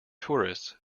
tourists